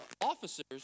officers